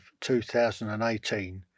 2018